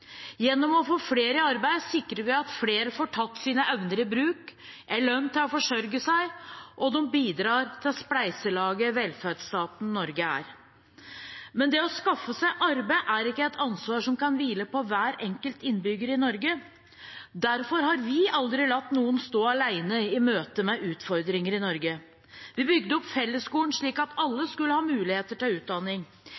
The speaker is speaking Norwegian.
Gjennom å få flere i arbeid sikrer vi at flere får tatt sine evner i bruk, at de får en lønn til å forsørge seg, og at de bidrar til spleiselaget velferdsstaten Norge er. Men det å skaffe seg arbeid er ikke et ansvar som kan hvile på hver enkelt innbygger i Norge. Derfor har vi aldri latt noen stå alene i møte med utfordringer i Norge. Vi bygde opp fellesskolen, slik at alle